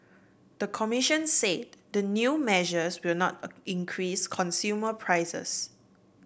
the commission said the new measures will not increase consumer prices